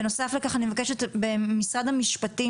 בנוסף לכך אני מבקשת ממשרד המשפטים